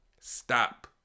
Stop